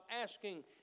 asking